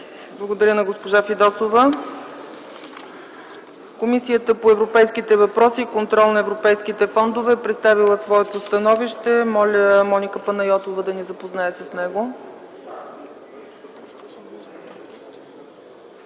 Благодаря на госпожа Фидосова. Комисията по европейските въпроси и контрол на европейските фондове е представила своето становище. Моля, Моника Панайотова да ни запознае с него.